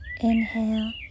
Inhale